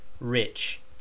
Rich